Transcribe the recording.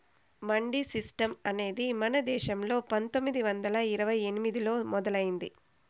mandi system అనేది మన దేశంలో పందొమ్మిది వందల ఇరవై ఎనిమిదిలో మొదలయ్యింది